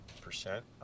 percent